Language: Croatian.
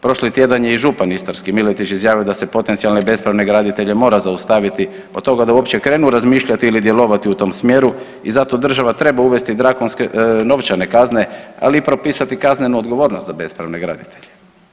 Prošli tjedan je i župan istarski Miletić izjavio da se potencijalne bespravne graditelje mora zaustaviti, od toga da uopće krenu razmišljati ili djelovati u tom smjeru i zato država treba uvesti drakonske novčane kazne, ali i propisati kaznenu odgovornost za bespravne graditelje.